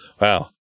wow